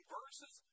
verses